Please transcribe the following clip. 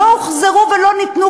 לא הוחזר ולא ניתן,